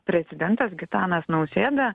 prezidentas gitanas nausėda